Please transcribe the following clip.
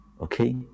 okay